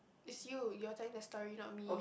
is you you're telling the story not me